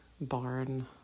barn